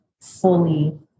fully